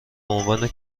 عنوان